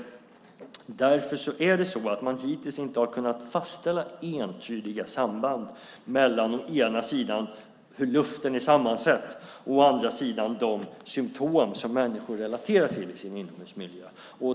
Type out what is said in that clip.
Därför har man hittills inte kunnat fastställa entydiga samband mellan å ena sidan hur luften är sammansatt och å andra sidan de symtom som människor relaterar till i sin inomhusmiljö.